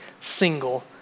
single